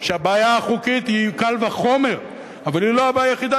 שהבעיה החוקית היא קל וחומר אבל היא לא הבעיה היחידה.